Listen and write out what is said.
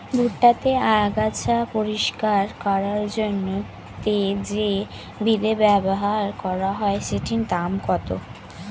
ভুট্টা তে আগাছা পরিষ্কার করার জন্য তে যে বিদে ব্যবহার করা হয় সেটির দাম কত?